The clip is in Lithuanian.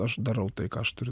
aš darau tai ką aš turiu